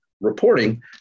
reporting